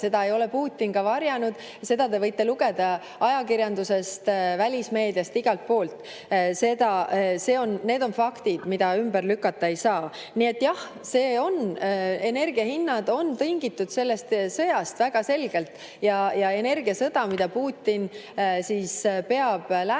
Seda ei ole Putin varjanud ja seda te võite lugeda [meie] ajakirjandusest, välismeediast, igalt poolt. Need on faktid, mida ümber lükata ei saa. Nii et jah, energia hinnad on tingitud sellest sõjast väga selgelt ja [see on] energiasõda, mida Putin peab läänega,